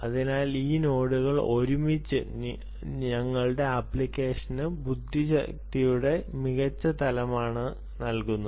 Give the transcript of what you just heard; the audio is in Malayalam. അതിനാൽ ഈ നോഡുകൾ ഒരുമിച്ച് ഞങ്ങളുടെ ആപ്ലിക്കേഷന് ബുദ്ധിശക്തിയുടെ മികച്ച തലമാണ് നൽകുന്നത്